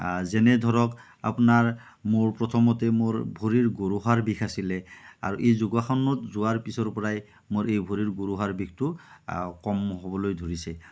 যেনে ধৰক আপোনাৰ মোৰ প্ৰথমতে মোৰ ভৰিৰ গোৰোহাৰ বিষ আছিলে আৰু এই যোগাসনত যোৱাৰ পিছৰ পৰাই মোৰ এই ভৰিৰ গোৰোহাৰ বিষটো কম হ'বলৈ ধৰিছে